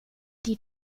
die